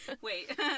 Wait